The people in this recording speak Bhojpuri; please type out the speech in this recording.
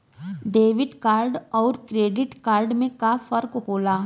डेबिट कार्ड अउर क्रेडिट कार्ड में का फर्क होला?